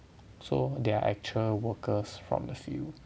so they are actual workers from the field